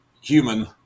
human